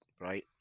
right